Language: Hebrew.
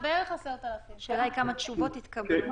בערך 10,000. השאלה כמה תשובות התקבלו,